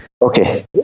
Okay